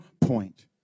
point